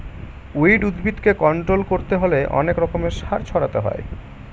weed উদ্ভিদকে control করতে হলে অনেক রকমের সার ছড়াতে হয়